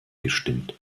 gestimmt